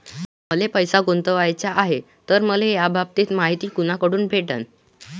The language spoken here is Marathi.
मले पैसा गुंतवाचा हाय तर मले याबाबतीची मायती कुनाकडून भेटन?